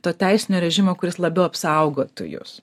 to teisinio režimo kuris labiau apsaugotų jus